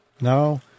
No